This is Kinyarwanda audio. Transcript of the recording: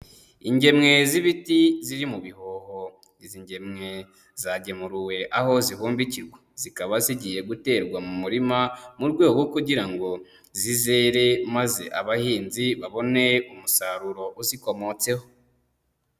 Ingemwe z'ibiti ziri mu bihoho, izi ngemwe zagemuruwe aho zihumbikirwa, zikaba zigiye guterwa mu murima mu rwego rwo kugira ngo zizere maze abahinzi babone umusaruro uzikomotseho.